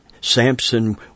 Samson